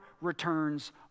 returns